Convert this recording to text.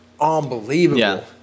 unbelievable